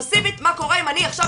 פאסיבית - מה קורה אם אני עכשיו,